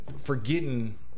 forgetting